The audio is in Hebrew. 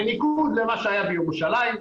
בניגוד למה שהיה בירושלים,